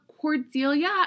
Cordelia